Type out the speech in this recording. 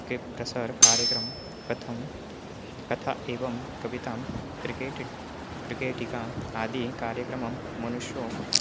के प्रसारकार्यक्रमं कथं कथा एवं कवितां क्रिकेटिट् क्रिकेटिका आदि कार्यक्रमं मनुष्यो